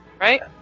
right